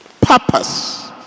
Purpose